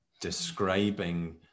describing